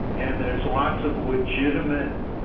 and there's lots of legitimate,